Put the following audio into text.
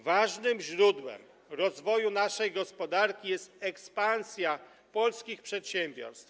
Ważnym źródłem rozwoju naszej gospodarki jest ekspansja polskich przedsiębiorstw.